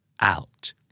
Out